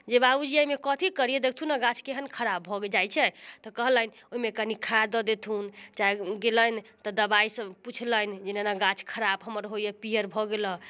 जे बाबूजी एहिमे कथी करिए देखथुन ने गाछ केहन खराब भऽ जाइ छै तऽ कहलनि ओहिमे कनि खाद दऽ देथुन चाहे गेलनि तऽ दवाइसब पुछलनि जे एना एना गाछ खराब हमर होइए पिअर भऽ गेल